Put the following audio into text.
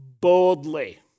boldly